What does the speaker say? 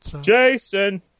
Jason